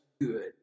good